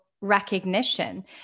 recognition